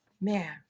man